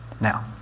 Now